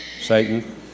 Satan